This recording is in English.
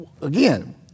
Again